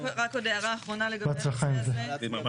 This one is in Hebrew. בהצלחה עם זה.